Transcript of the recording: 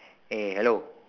eh hello